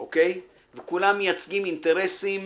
וכולם מייצגים אינטרסים